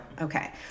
Okay